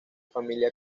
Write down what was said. familia